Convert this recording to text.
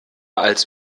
als